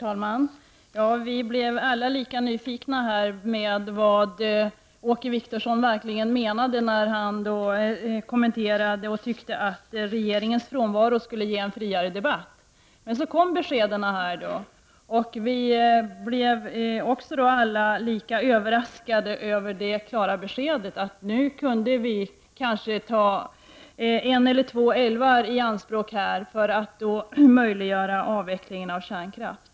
Herr talman! Vi blev alla lika nyfikna på vad Åke Wictorsson menade när han sade att frånvaron av regeringsföreträdare skulle ge en friare debatt. Vi blev alla lika överraskade när vi fick det klara beskedet att en eller två älvar nu skulle kunna tas i anspråk för att möjliggöra avvecklingen av kärnkraften.